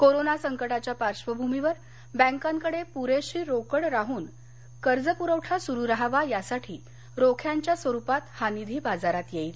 corona संकटाच्या पार्बभूमीवर बैंकांकडे पुरेशी रोकड राहून कर्ज प्रवठा सुरु रहावा यासाठी रोख्यांच्या स्वरूपात हा निधी बाजारात येईल